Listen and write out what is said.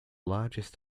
largest